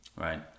Right